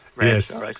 Yes